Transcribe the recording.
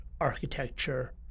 architecture